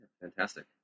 Fantastic